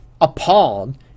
appalled